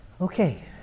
Okay